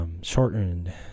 Shortened